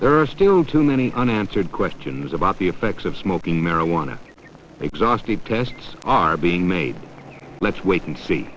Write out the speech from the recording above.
there are still too many unanswered questions about the effects of smoking marijuana exhaustive tests are being made let's wait and see